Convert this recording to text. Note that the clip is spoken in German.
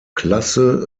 klasse